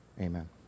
Amen